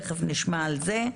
תיכף נשמע על זה.